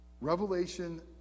Revelation